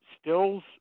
stills